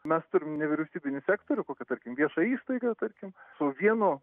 mes turim nevyriausybinį sektorių kokią tarkim viešąją įstaigą tarkim su vienu